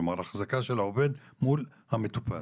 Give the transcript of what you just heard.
כלומר ההחזקה של העובד מול המטופל?